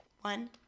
one